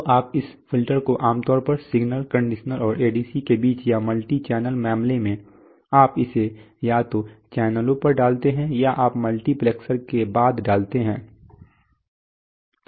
तो आप उस फिल्टर को आमतौर पर सिग्नल कंडीशनर और एडीसी के बीच या मल्टी चैनल मामले में आप इसे या तो चैनलों पर डालते हैं या आप मल्टीप्लेक्सर के बाद डालते हैं